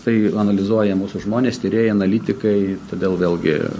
tai analizuoja mūsų žmonės tyrėjai analitikai todėl vėlgi